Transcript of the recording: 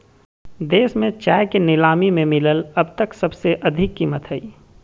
देश में चाय के नीलामी में मिलल अब तक सबसे अधिक कीमत हई